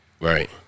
Right